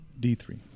D3